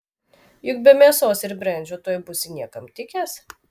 juk be mėsos ir brendžio tuoj būsi niekam tikęs